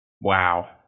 Wow